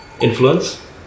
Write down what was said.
influence